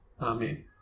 Amen